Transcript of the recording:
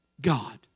God